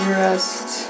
rest